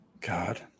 God